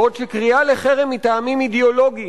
בעוד שקריאה לחרם מטעמים אידיאולוגיים,